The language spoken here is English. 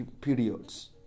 periods